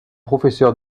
professeur